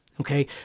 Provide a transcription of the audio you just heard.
Okay